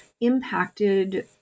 impacted